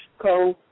co